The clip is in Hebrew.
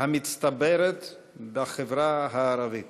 המצטברת בחברה הערבית.